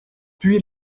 puis